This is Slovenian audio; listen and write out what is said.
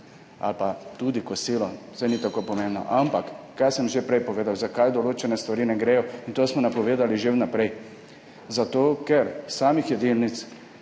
ali pa tudi kosilo, saj ni tako pomembno. Prej sem že povedal, zakaj določene stvari ne gredo, in to smo napovedali že vnaprej. Zato ker samih jedilnic